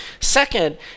second